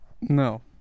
No